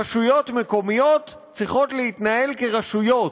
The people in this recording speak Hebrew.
רשויות מקומיות צריכות להתנהל כרשויות.